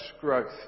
growth